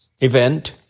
event